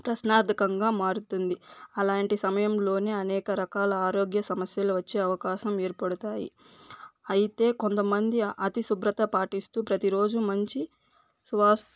ప్రశ్నర్ధకంగా మారుతుంది అలాంటి సమయంలోనే అనేక రకాల ఆరోగ్య సమస్యలు వచ్చే అవకాశం ఏర్పడుతాయి అయితే కొంతమంది అతి శుభ్రత పాటిస్తూ ప్రతి రోజు మంచి సువా